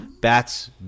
bats